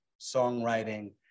songwriting